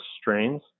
strains